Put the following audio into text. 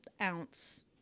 ounce